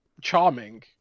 charming